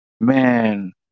man